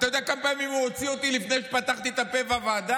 אתה יודע כמה פעמים הוא הוציא אותי לפני שפתחתי את הפה בוועדה?